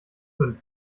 fünf